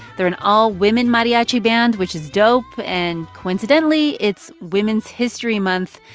they're an all-women mariachi band, which is dope. and coincidentally, it's women's history month.